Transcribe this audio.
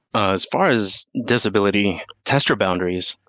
as far as disability, test your boundaries.